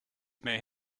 may